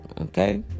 Okay